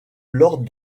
lors